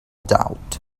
doubt